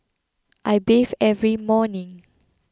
I bathe every morning